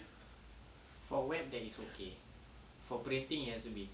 h